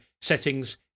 Settings